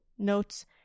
notes